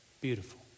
beautiful